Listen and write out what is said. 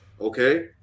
okay